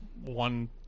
one